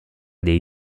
dei